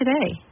today